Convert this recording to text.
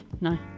No